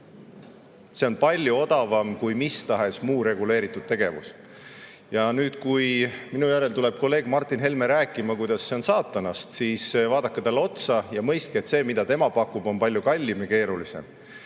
See on palju odavam kui mis tahes muu reguleeritud tegevus. Ja kui minu järel tuleb kolleeg Martin Helme rääkima, kuidas see on saatanast, siis vaadake talle otsa ja mõistke, et see, mida tema pakub, on palju kallim ja keerulisem.